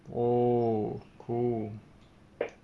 oh cool